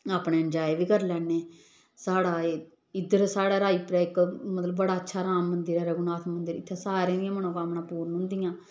अपने इंजाय बी करी लैन्ने साढ़ा इद्धर साढ़ा रायपर इक मतलब बड़ा अच्छा राम मंदिर ऐ रघुनाथ मंदर इत्थै सारें दियां मनोकामनाां पूर्ण होंदियां